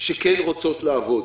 שכן רוצות לעבוד.